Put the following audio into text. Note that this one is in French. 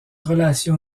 relation